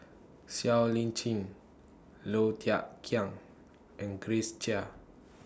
Siow Lee Chin Low Thia Khiang and Grace Chia